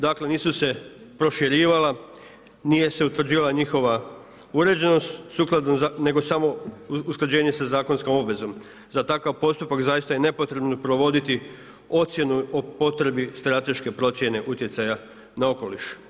Dakle, nisu se proširivala, nije se utvrđivala njihova uređenost sukladno, nego samo usklađenje sa zakonskom obvezom, za takav postupak, zaista je nepotrebno provoditi ocjenu o potrebi strateške potrebe utjecaja na okoliš.